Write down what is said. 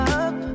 up